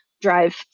drive